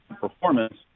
performance